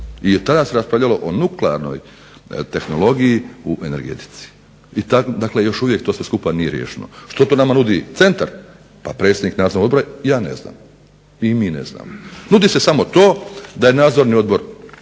i tada se raspravljalo o nuklearnoj tehnologiji u energetici. I to sve skupa još nije riješeno. Što to nama nudi centar? Pa predsjednik nadzornog odbora? Ja ne znam i mi ne znamo. Nudi se samo to da je nadzorni odbor